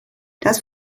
das